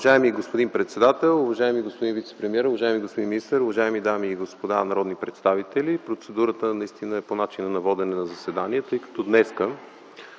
Уважаеми господин председател, уважаеми господин вицепремиер, уважаеми господин министър, уважаеми дами и господа народни представители! Процедурата ми е по начина на водене на заседанието, тъй като днес